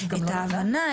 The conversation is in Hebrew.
את ההבנה,